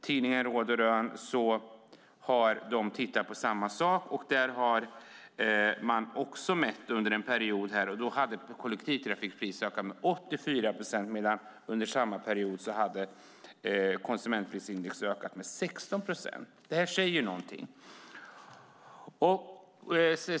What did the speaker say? Tidningen Råd & Rön har tittat på samma sak och också mätt under en period. Kollektivtrafikpriset hade då ökat med 84 procent medan konsumentprisindex ökat med 16 procent. Det säger något.